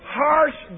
harsh